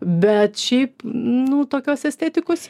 bet šiaip nu tokios estetikos